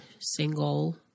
single